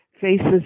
faces